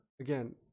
again